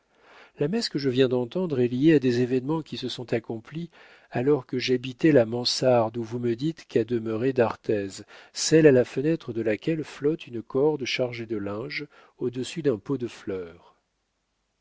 la messe que je viens d'entendre est liée à des événements qui se sont accomplis alors que j'habitais la mansarde où vous me dites qu'a demeuré d'arthez celle à la fenêtre de laquelle flotte une corde chargée de linge au-dessus d'un pot de fleurs